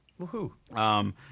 Woohoo